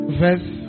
verse